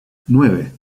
nueve